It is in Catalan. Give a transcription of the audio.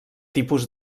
tipus